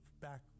back